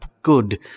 Good